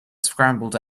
scrambled